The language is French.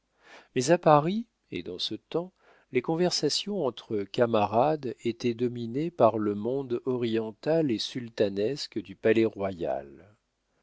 mais à paris et dans ce temps les conversations entre camarades étaient dominées par le monde oriental et sultanesque du